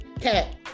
cat